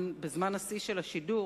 בזמן השיא של השידור,